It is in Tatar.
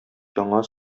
яңа